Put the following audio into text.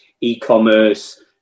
e-commerce